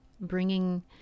bringing